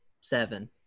seven